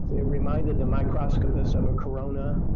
it reminded the microscopists of a corona,